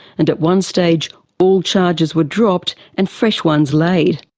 and at one stage all charges were dropped and fresh ones laid.